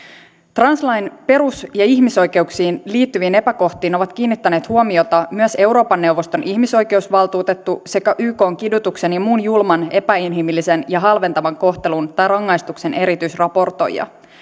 translain perus ja ihmisoikeuksiin liittyviin epäkohtiin ovat kiinnittäneet huomiota myös euroopan neuvoston ihmisoikeusvaltuutettu sekä ykn kidutuksen ja muun julman epäinhimillisen ja halventavan kohtelun tai rangaistuksen erityisraportoija